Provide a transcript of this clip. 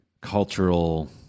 cultural